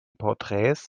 porträts